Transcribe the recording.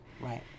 Right